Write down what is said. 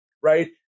right